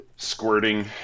squirting